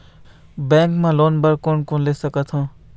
Bank मा loan बर कोन कोन ले सकथों?